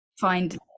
find